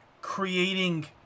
creating